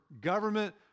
government